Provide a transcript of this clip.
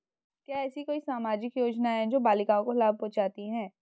क्या ऐसी कोई सामाजिक योजनाएँ हैं जो बालिकाओं को लाभ पहुँचाती हैं?